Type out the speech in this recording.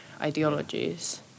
ideologies